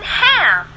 ham